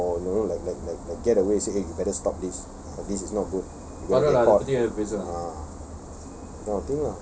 like strict or no like like like like get away say eh you better stop this this is not good ah